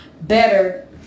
better